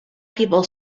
people